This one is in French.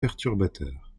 perturbateurs